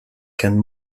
can